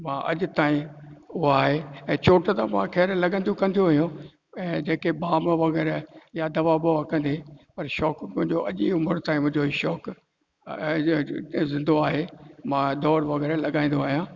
मूंखे अॼु ताईं उहो आहे ऐं चोट त मां ख़ैर लॻंदी कंदियूं हुयूं ऐं जेके बाम वग़ैरह या दवा ॿवा कढे पर शौकु मुंहिंजो अॼु जी उमिरि ताईं मुंहिंजो इहो शौकु ज़िंदो आहे मां दौड़ वग़ैरह लॻाईंदो आहियां